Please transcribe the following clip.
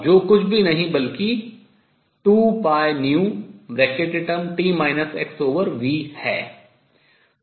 जो और कुछ भी नहीं बल्कि 2πνt xv है